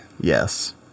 Yes